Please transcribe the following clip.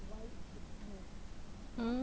mm